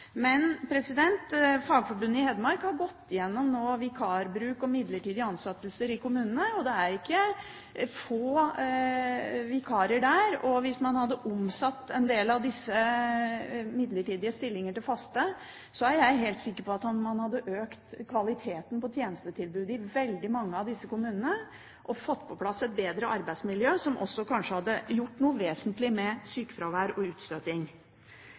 Men fagforbundet i Hedmark har nå gått gjennom vikarbruk og midlertidige ansettelser i kommunene, og det er ikke få vikarer der. Hvis man hadde omsatt en del av disse midlertidige stillingene til faste, er jeg helt sikker på at man hadde økt kvaliteten på tjenestetilbudet i veldig mange av disse kommunene, og fått på plass et bedre arbeidsmiljø som også kanskje hadde gjort noe vesentlig med sykefravær og utstøting.